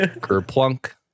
Kerplunk